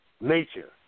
nature